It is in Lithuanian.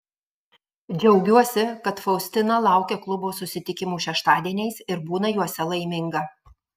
džiaugiuosi kad faustina laukia klubo susitikimų šeštadieniais ir būna juose laiminga